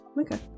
okay